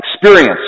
experience